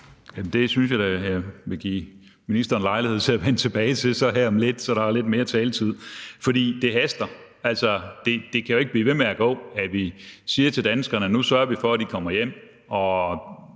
Det synes jeg da at jeg vil give ministeren lejlighed til at vende tilbage til her om lidt, hvor der er lidt mere taletid, for det haster. Det kan jo ikke blive ved med at gå, at vi siger til danskerne, at nu sørger vi for, at rumænerne kommer hjem.